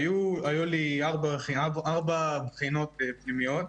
היו לי ארבע בחינות פנימיות,